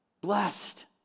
Blessed